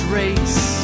race